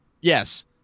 Yes